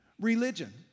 religion